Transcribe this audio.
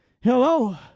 Hello